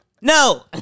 no